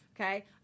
Okay